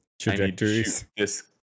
trajectories